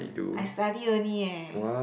I study only eh